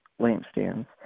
lampstands